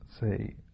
say